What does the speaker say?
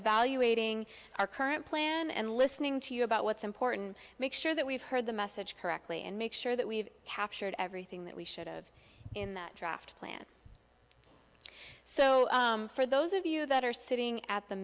evaluating our current plan and listening to you about what's important make sure that we've heard the message correctly and make sure that we've captured everything that we should've in that draft plan so for those of you that are sitting at the